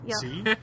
see